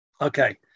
okay